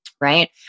Right